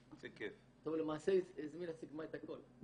למעשה זמירה סיכמה את הכול.